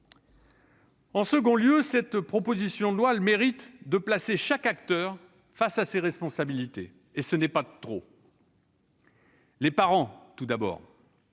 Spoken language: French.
En deuxième lieu, cette proposition de loi a le mérite de placer chaque acteur face à ses responsabilités, ce qui n'est pas superflu. Les parents, tout d'abord,